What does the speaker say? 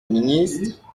ministre